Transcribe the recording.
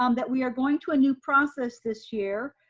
um that we are going to a new process this year.